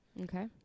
Okay